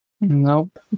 Nope